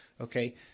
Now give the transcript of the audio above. Okay